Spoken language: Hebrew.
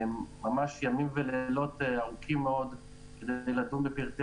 ממש ימים ולילות ארוכים מאוד כדי לדון בפרטי